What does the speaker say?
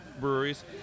breweries